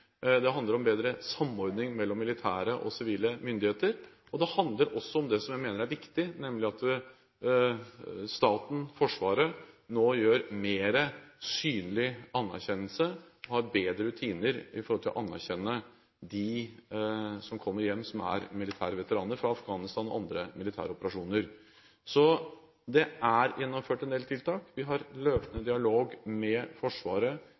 det handler om bedre samordning mellom militære og sivile myndigheter. Det handler også om noe jeg mener er viktig, nemlig at staten, Forsvaret, nå gir mer synlig anerkjennelse – har bedre rutiner når det gjelder å anerkjenne dem som kommer hjem som militære veteraner fra Afghanistan og andre militære operasjoner. Så det er gjennomført en del tiltak. Vi har løpende dialog med Forsvaret